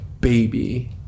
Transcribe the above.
baby